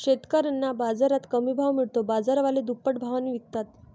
शेतकऱ्यांना बाजारात कमी भाव मिळतो, बाजारवाले दुप्पट भावाने विकतात